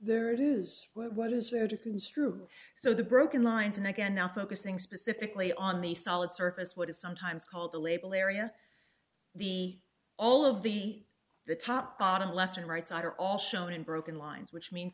there it is what is there to construe so the broken lines and again now focusing specifically on the solid surface what is sometimes called the label area the all of the the top bottom left and right side are all shown in broken lines which means